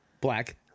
Black